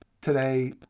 today